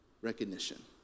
recognition